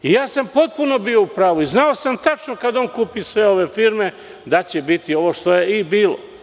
Potpuno sam bio u pravu i znao sam tačno kad on kupi sve ove firme da će biti ovo što je i bilo.